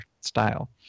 style